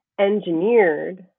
engineered